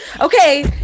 Okay